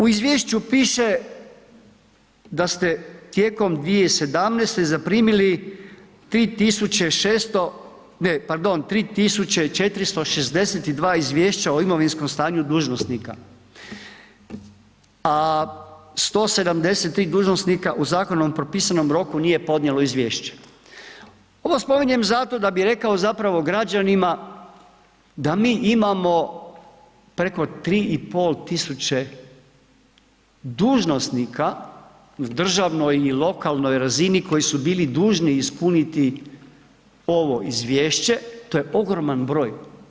U izvješću piše da ste tijekom 2017. zaprimili 3600, ne pardon, 3462 izvješća o imovinskom stanju dužnosnika a 173 dužnosnika u zakonom propisanom roku nije podnijelo izvješće. ovo spominjem zato da rekao zapravo građanima da mi imamo preko 3500 dužnosnika u državnoj i lokalnoj razini koji su bili dužni ispuniti ovo izvješće, to je ogroman broj.